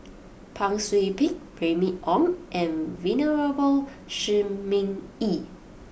Pang Sui Pick Remy Ong and Venerable Shi Ming Yi